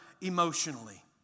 emotionally